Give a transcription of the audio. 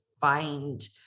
find